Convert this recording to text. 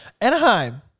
Anaheim